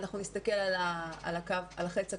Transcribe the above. אנחנו נסתכל על החץ הכחול.